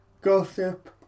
gossip